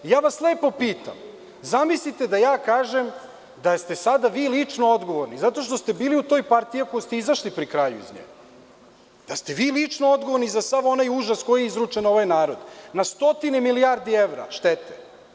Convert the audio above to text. Lepo vas pitam – zamislite da ja kažem da ste vi sada lično odgovorni zato što ste bili u toj partiji iako ste pri kraju izašli iz nje, da ste vi lično odgovorni za sav onaj užas koji je izručen na ovaj narod, na stotine milijardi evra štete.